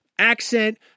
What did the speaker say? Accent